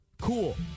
Cool